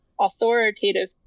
authoritative